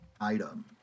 item